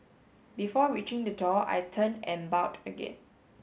before reaching the door I turned and bowed again